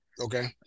Okay